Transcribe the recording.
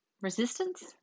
resistance